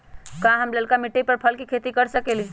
का हम लालका मिट्टी में फल के खेती कर सकेली?